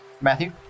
matthew